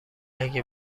اگه